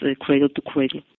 cradle-to-cradle